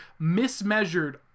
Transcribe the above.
mismeasured